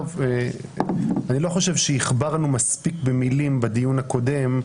אני לא חושב שהכברנו מספיק מילים בדיון הקודם.